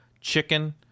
chicken